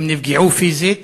הם נפגעו פיזית.